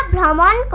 la la